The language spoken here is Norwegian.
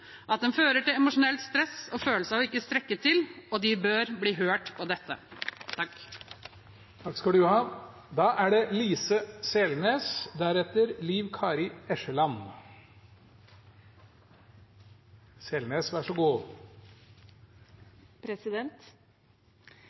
at den fører til emosjonelt stress og en følelse av ikke å strekke til, og de bør bli hørt på dette. Kvaliteten i forskning og høyere utdanning er